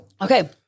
Okay